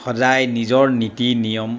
সদায় নিজৰ নীতি নিয়ম